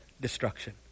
Destruction